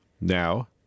Now